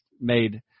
made –